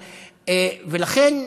ולכן,